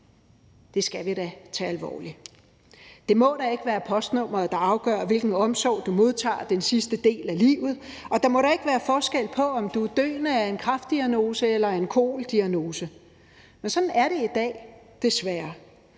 Det skal vi da tage alvorligt. Det må da ikke være postnummeret, der afgør, hvilken omsorg du modtager den sidste del af livet, og der må da ikke være forskel på, om du er døende af en kræftdiagnose eller en koldiagnose. Men sådan er det i dag, desværre.